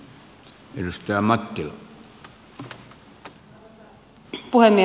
arvoisa puhemies